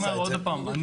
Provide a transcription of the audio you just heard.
אני